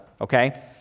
okay